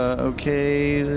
ah okay.